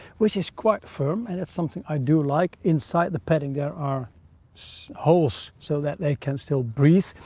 which is quite firm, and it's something i do like. inside the padding there are so holes, so that they can still breathe.